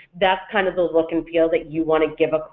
that's kind of the look and feel that you want to give, ah